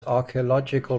archaeological